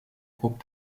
groupe